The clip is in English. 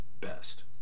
best